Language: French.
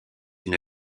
une